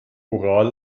oral